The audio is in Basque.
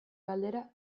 galdera